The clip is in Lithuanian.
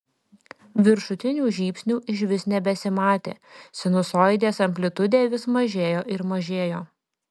viršutinių žybsnių išvis nebesimatė sinusoidės amplitudė vis mažėjo ir mažėjo